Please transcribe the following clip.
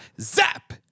Zap